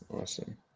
Awesome